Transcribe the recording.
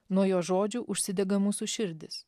nuo jo žodžių užsidega mūsų širdys